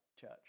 church